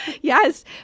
Yes